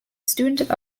student